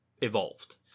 evolved